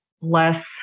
less